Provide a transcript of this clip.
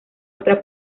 otra